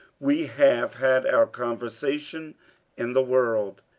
we have had our conversation in the world,